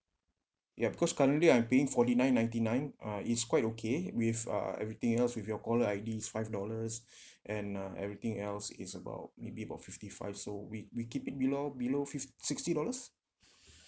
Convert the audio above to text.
ya because currently I'm paying forty nine ninety nine uh it's quite okay with uh everything else with your call ID five dollars and uh everything else is about maybe about fifty five so we we keep it below below fif~ sixty dollars